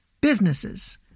businesses